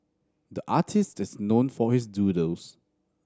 the artist is known for his doodles